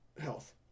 health